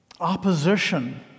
opposition